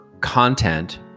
content